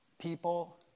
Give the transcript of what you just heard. People